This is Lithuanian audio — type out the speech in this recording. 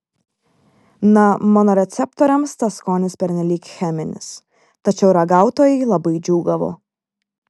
na mano receptoriams tas skonis pernelyg cheminis tačiau ragautojai labai džiūgavo